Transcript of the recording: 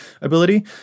ability